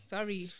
Sorry